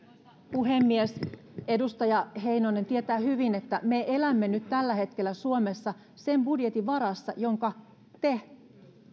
puhemies edustaja heinonen tietää hyvin että me elämme nyt tällä hetkellä suomessa sen budjetin varassa jonka te